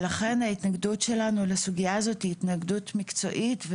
ולכן ההתנגדות שלנו לסוגיה הזאת היא התנגדות מקצועית.